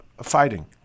fighting